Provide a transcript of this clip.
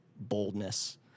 boldness